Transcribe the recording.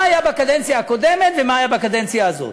מה היה בקדנציה הקודמת ומה היה בקדנציה הזאת,